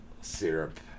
syrup